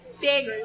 big